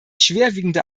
schwerwiegende